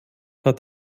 hat